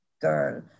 girl